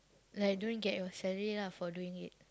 like don't get your salary lah for doing it